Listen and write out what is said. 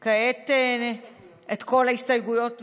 את כל ההסתייגויות.